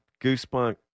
goosebump